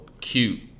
Cute